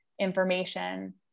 information